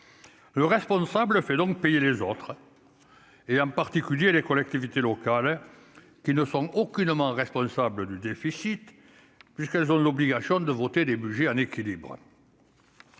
Le responsable fait donc payer les autres, et en particulier les collectivités locales qui ne sont aucunement responsables du déficit puisqu'elles ont l'obligation de voter des Budgets en équilibre.